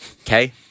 Okay